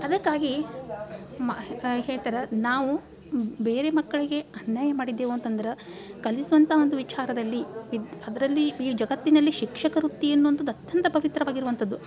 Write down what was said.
ಅದಕ್ಕಾಗಿ ಮ ಹೇಳ್ತಾರೆ ನಾವು ಬೇರೆ ಮಕ್ಕಳಿಗೆ ಅನ್ಯಾಯ ಮಾಡಿದ್ದೇವೆ ಅಂತಂದ್ರೆ ಕಲಿಸುವಂಥ ಒಂದು ವಿಚಾರದಲ್ಲಿ ವಿದ್ ಅದರಲ್ಲಿ ಈ ಜಗತ್ತಿನಲ್ಲಿ ಶಿಕ್ಷಕ ವೃತ್ತಿ ಅನ್ನುವಂಥದ್ದು ಅತ್ಯಂತ ಪವಿತ್ರವಾಗಿರುವಂಥದ್ದು